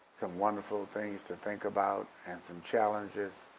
some wonderful things to think about and some challenges,